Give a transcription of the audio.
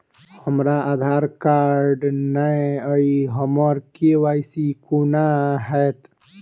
हमरा आधार कार्ड नै अई हम्मर के.वाई.सी कोना हैत?